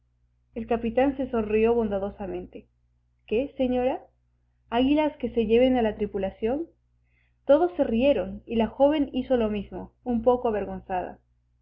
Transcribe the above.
el capitán se sonrió bondadosamente qué señora aguilas que se lleven a la tripulación todos se rieron y la joven hizo lo mismo un poco avergonzada